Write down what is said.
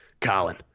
Colin